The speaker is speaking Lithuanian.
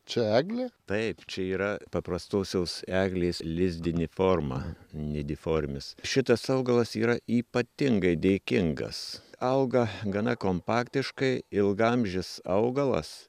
čia eglė taip čia yra paprastosios eglės lizdinė forma nidiformis šitas augalas yra ypatingai dėkingas auga gana kompaktiškai ilgaamžis augalas